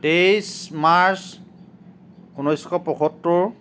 তেইছ মাৰ্চ ঊনৈছশ পঁয়সত্তৰ